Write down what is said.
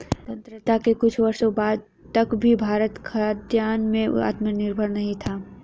स्वतंत्रता के कुछ वर्षों बाद तक भी भारत खाद्यान्न में आत्मनिर्भर नहीं था